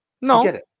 No